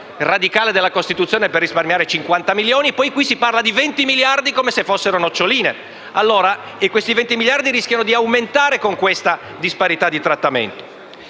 radicale della Costituzione per risparmiare 50 milioni, e poi qui si parla di 20 miliardi come se fossero noccioline; 20 miliardi che rischiano di aumentare con questa disparità di trattamento.